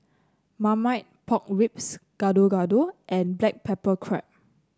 Marmite Pork Ribs Gado Gado and Black Pepper Crab